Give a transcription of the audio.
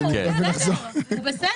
לא, הוא בסדר, הוא בסדר.